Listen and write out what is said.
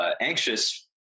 anxious